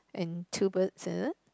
and two birds is it